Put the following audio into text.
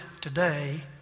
today